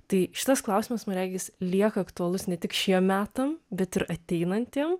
tai šitas klausimas man regis lieka aktualus ne tik šiem metam bet ir ateinantiem